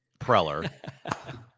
Preller